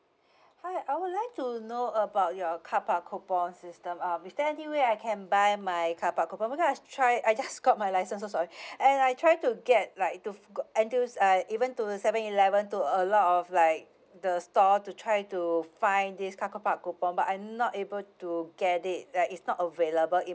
hi I would like to know about your carpark coupon system um is there any way I can buy my carpark coupon because I try I just got my license so sorry and I try to get like to go and I even to seven eleven to a lot of like the store to try to find this carpark coupon but I'm not able to get it uh is not available in